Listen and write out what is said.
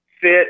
fit